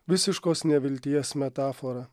visiškos nevilties metafora